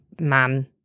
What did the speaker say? man